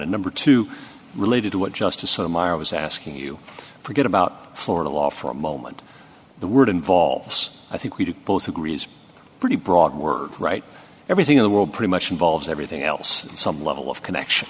and number two related to what justice so my i was asking you forget about florida law for a moment the word involves i think we do both agree is pretty broad word right everything in the world pretty much involves everything else some level of connection